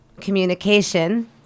communication